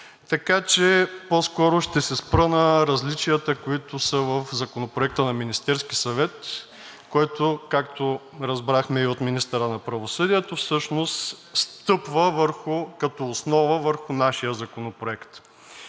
По-скоро ще се спра на различията, които са в Законопроекта на Министерския съвет, който, както разбрахме и от министъра на правосъдието, всъщност стъпва като основа върху нашия законопроект.